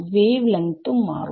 wave ലെങ്ത്തും മാറും